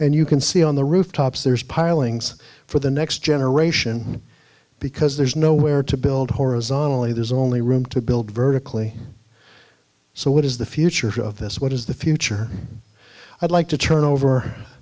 and you can see on the rooftops there's pilings for the next generation because there's nowhere to build horizontally there's only room to build vertically so what is the future of this what is the future i'd like to turn over